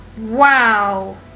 Wow